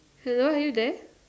hello are you there